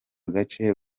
gace